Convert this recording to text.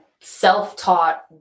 self-taught